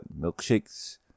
milkshakes